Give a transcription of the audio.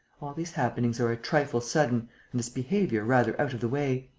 all these happenings are a trifle sudden and this behaviour rather out of the way.